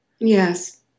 Yes